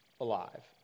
alive